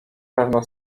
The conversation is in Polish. pewno